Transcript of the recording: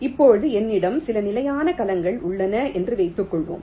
இப்போது என்னிடம் சில நிலையான கலங்கள் உள்ளன என்று வைத்துக்கொள்வோம்